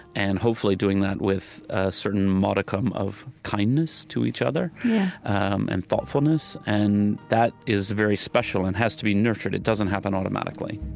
and hopefully doing that with a certain modicum of kindness to each other and thoughtfulness. and that is very special and has to be nurtured. it doesn't happen automatically